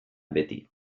beti